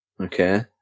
Okay